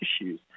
issues